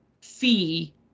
fee